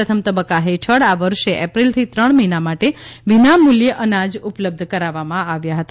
પ્રથમ તબક્કા હેઠળ આ વર્ષે ઐપ્રિલથી ત્રણ મહિના માટે વિનામુલ્યે અનાજ ઉપલબ્ધ કરાવવામાં આવ્યા હતા